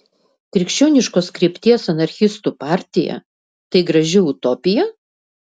krikščioniškos krypties anarchistų partija tai graži utopija